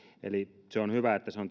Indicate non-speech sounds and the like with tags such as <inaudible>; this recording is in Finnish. eli on hyvä että se on <unintelligible>